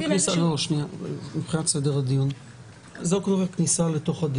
מבחן איזון מצמצם לעומת מבחן